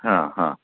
हां हां